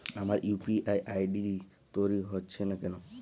আমার UPI ID তৈরি হচ্ছে না কেনো?